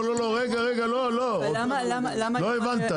לא הבנת.